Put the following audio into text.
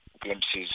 glimpses